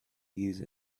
use